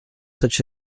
such